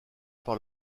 par